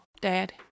Dad